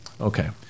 Okay